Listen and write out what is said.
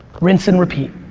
rinse and repeat.